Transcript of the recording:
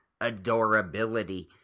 adorability